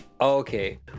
Okay